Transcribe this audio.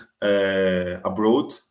abroad